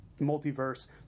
multiverse